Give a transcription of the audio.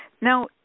Now